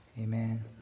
Amen